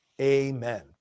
amen